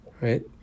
right